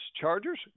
Chargers